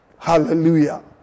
Hallelujah